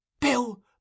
Bill